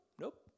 Nope